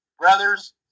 brothers